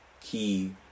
key